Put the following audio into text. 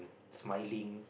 smiling